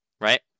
Right